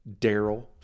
Daryl